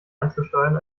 anzusteuern